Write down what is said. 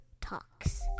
Talks